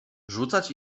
rzucać